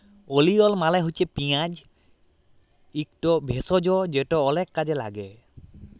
ওলিয়ল মালে হছে পিয়াঁজ ইকট ভেষজ যেট অলেক কাজে ল্যাগে